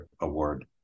award